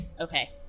Okay